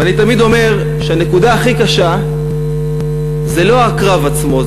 ואני תמיד אומר שהנקודה הכי קשה זה לא הקרב עצמו,